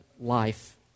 life